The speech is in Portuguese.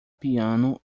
piano